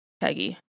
Peggy